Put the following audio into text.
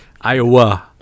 Iowa